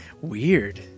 Weird